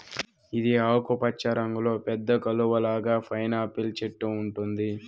ఇది ఆకుపచ్చ రంగులో పెద్ద కలువ లాగా పైనాపిల్ చెట్టు ఉంటుంది